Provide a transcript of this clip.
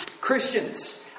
Christians